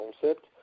concept